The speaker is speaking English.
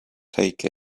take